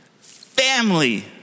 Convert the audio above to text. Family